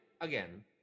again